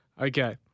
Okay